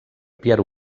pierre